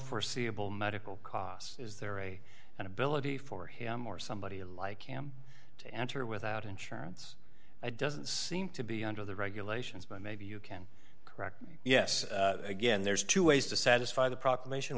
foreseeable medical costs is there a ability for him or somebody like him to enter without insurance i doesn't seem to be under the regulations but maybe you can correct me yes again there's two ways to satisfy the proclamation